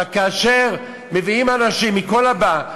אבל כאשר מביאים אנשים מכל הבא,